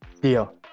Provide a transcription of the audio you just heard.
Deal